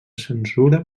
censura